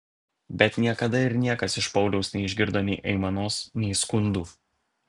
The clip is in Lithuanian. bet niekada ir niekas iš pauliaus neišgirdo nei aimanos nei skundų